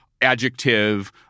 adjective